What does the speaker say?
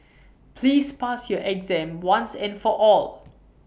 please pass your exam once and for all